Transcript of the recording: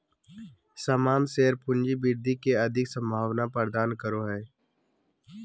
सामान्य शेयर पूँजी वृद्धि के अधिक संभावना प्रदान करो हय